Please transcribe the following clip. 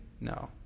No